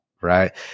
right